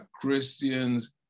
Christians